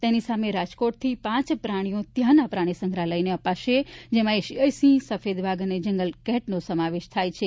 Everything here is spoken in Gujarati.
તેની સામે રાજકોટથી પ પ્રાણીઓ ત્યાંના પ્રાણી સંગ્રહાલયને અપાશે જેમાં એશિયાઇ સિંહસફેદ વાઘ જંગલ કેટનો સમાવેશ થાય છે